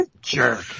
Jerk